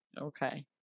Okay